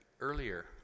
earlier